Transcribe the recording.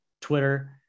Twitter